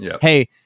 Hey